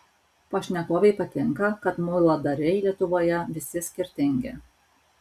pašnekovei patinka kad muiladariai lietuvoje visi skirtingi